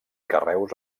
carreus